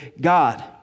God